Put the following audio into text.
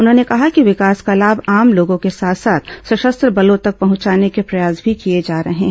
उन्होंने कहा कि विकास का लाभ आम लोगों के साथ साथ सशस्त्र बलों तक पहंचाने के प्रयास भी किए जा रहे है